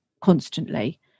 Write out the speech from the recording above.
constantly